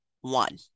one